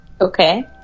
Okay